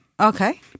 Okay